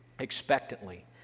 expectantly